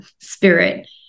spirit